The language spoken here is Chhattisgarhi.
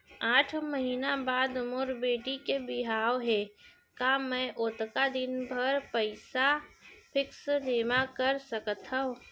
आठ महीना बाद मोर बेटी के बिहाव हे का मैं ओतका दिन भर पइसा फिक्स जेमा कर सकथव?